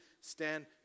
stand